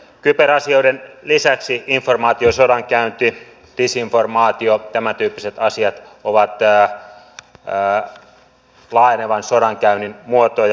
kyberasioiden lisäksi informaatiosodankäynti disinformaatio tämäntyyppiset asiat ovat laajenevan sodankäynnin muotoja